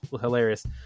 hilarious